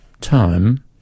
time